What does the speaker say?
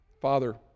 Father